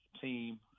team